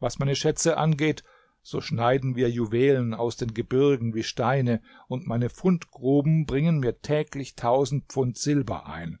was meine schätze angeht so schneiden wir juwelen aus den gebirgen wie steine und meine fundgruben bringen mir täglich tausend pfund silber ein